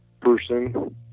person